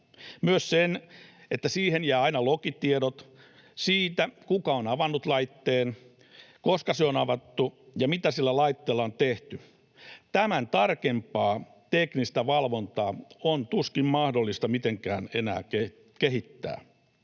myös sen, että siihen jää aina lokitiedot siitä, kuka on avannut laitteen, koska se on avattu ja mitä sillä laitteella on tehty. Tämän tarkempaa teknistä valvontaa on tuskin mahdollista mitenkään enää kehittää.